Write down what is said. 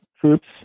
troops